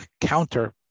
counter